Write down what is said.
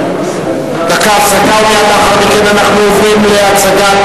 דקה הפסקה, ומייד לאחר מכן אנחנו עוברים להצגת